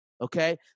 okay